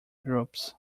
groups